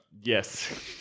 Yes